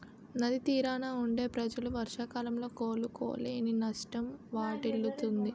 నది తీరాన వుండే ప్రజలు వర్షాకాలంలో కోలుకోలేని నష్టం వాటిల్లుతుంది